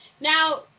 Now